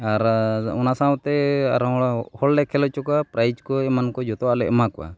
ᱟᱨ ᱚᱱᱟ ᱥᱟᱶᱛᱮ ᱟᱨᱦᱚᱸ ᱦᱚᱲᱞᱮ ᱠᱷᱮᱞ ᱦᱚᱪᱚ ᱠᱚᱣᱟ ᱯᱨᱟᱭᱤᱡᱽ ᱠᱚ ᱮᱢᱟᱱ ᱠᱚ ᱡᱚᱛᱚᱣᱟᱜᱞᱮ ᱮᱢᱟᱠᱚᱣᱟ